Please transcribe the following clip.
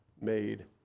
made